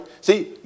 see